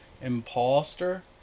Imposter